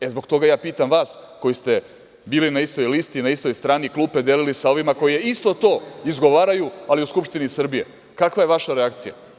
E, zbog toga ja pitam vas koji ste bili na istoj listi, na istoj strani, klupe delili sa ovima, koji isto to izgovaraju ali u Skupštini Srbije, kakva je vaša reakcija?